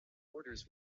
orders